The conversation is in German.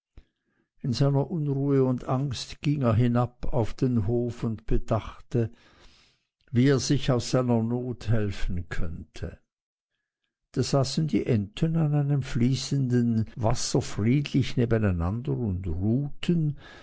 in seiner unruhe und angst ging er hinab auf den hof und bedachte wie er sich aus seiner not helfen könne da saßen die enten an einem fließenden wasser friedlich nebeneinander und ruhten